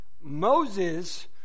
Moses